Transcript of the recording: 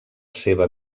seva